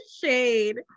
shade